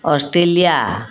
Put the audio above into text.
Australia